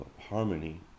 harmony